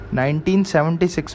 1976